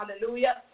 Hallelujah